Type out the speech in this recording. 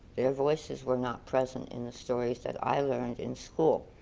their voices were not present in the stories that i learned in school.